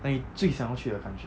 like 你最想要去的 country